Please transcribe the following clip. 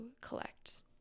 collect